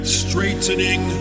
straightening